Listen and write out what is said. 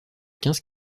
quinze